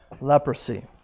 leprosy